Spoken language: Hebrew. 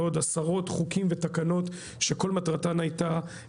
ועוד עשרות חוקים ותקנות שכל מטרתן הייתה